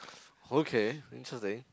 okay interesting